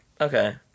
Okay